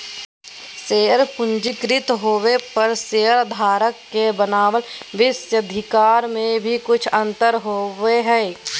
share पंजीकृत होबो पर शेयरधारक के बनाम विशेषाधिकार में भी कुछ अंतर होबो हइ